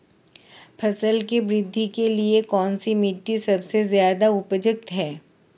फसल की वृद्धि के लिए कौनसी मिट्टी सबसे ज्यादा उपजाऊ है?